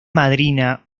madrina